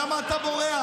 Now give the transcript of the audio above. למה אתה בורח?